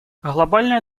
глобальная